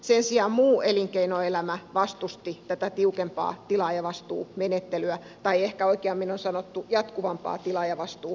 sen sijaan muu elinkeinoelämä vastusti tätä tiukempaa tilaajavastuumenettelyä tai ehkä oikeammin sanottuna jatkuvampaa tilaajavastuuvelvoitetta